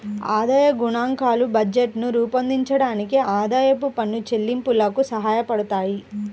ఆదాయ గణాంకాలు బడ్జెట్లను రూపొందించడానికి, ఆదాయపు పన్ను చెల్లింపులకు సహాయపడతాయి